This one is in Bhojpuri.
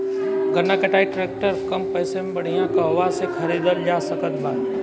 गन्ना कटाई ट्रैक्टर कम पैसे में बढ़िया कहवा से खरिदल जा सकत बा?